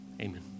Amen